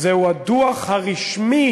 הוא הדוח הרשמי